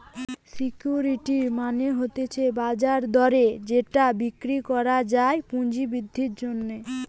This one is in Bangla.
সিকিউরিটি মানে হতিছে বাজার দরে যেটা বিক্রি করা যায় পুঁজি বৃদ্ধির জন্যে